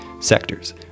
sectors